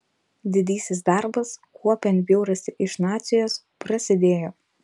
didysis darbas kuopiant bjaurastį iš nacijos prasidėjo